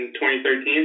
2013